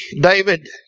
David